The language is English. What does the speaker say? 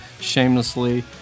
shamelessly